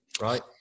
right